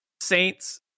Saints